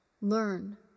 learn